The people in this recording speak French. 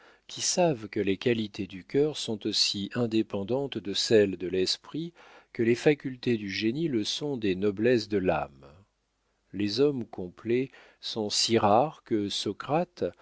qui savent que les qualités du cœur sont aussi indépendantes de celles de l'esprit que les facultés du génie le sont des noblesses de l'âme les hommes complets sont si rares que socrate